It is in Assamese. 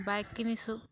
বাইক কিনিছোঁ